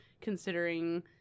considering